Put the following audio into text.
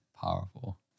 powerful